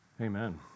Amen